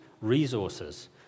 resources